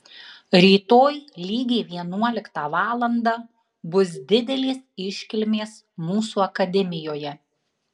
rytoj lygiai vienuoliktą valandą bus didelės iškilmės mūsų akademijoje